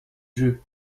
jeu